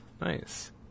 Nice